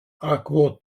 akvo